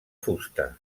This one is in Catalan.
fusta